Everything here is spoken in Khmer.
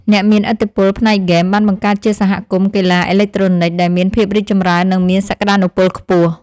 អ្នកមានឥទ្ធិពលផ្នែកហ្គេមបានបង្កើតជាសហគមន៍កីឡាអេឡិចត្រូនិកដែលមានភាពរីកចម្រើននិងមានសក្តានុពលខ្ពស់។